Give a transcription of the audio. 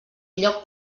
lloc